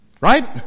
Right